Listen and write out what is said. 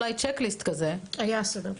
היה סדר פעולות.